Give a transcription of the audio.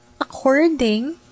according